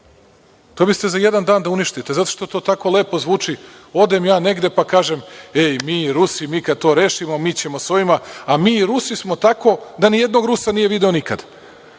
To biste za jedan dan da uništite, jer to tako lepo zvuči – odem ja negde, pa kažem – ej, mi i Rusi, mi kada to rešimo, mi ćemo sa ovima, a mi i Rusi smo tako da ni jednog Rusa nije video nikada,